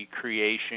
creation